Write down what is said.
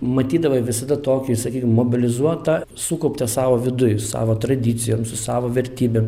matydavai visada tokį sakykim mobilizuotą sukauptą sau viduj savo tradicijom su savo vertybėm